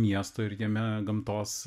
miesto ir jame gamtos